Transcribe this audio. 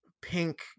pink